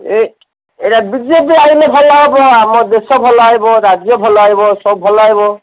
ଏ ଏଇଟା ବିଜେପି ଆସିଲେ ଭଲ ହେବ ଆମ ଦେଶ ଭଲ ହେବ ରାଜ୍ୟ ଭଲ ହେବ ସବୁ ଭଲ ହେବ